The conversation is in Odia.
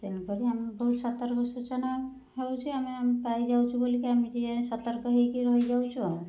ତେଣୁ କରି ଆମେ ବହୁତ ସତର୍କ ସୂଚନା ହେଉଛୁ ଆମେ ପାଇଯାଉଛୁ ବୋଲିକି ଆମେ ଯିଏ ସତର୍କ ହୋଇକି ରହିଯାଉଛୁ ଆଉ